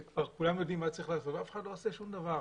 כולם יודעים מה צריך לעשות ואף אחד לא עושה שום דבר.